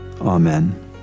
Amen